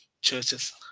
churches